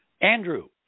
Andrew